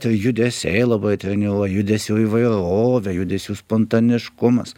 tie judesiai labai treniruoja judesių įvairovė judesių spontaniškumas